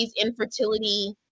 infertility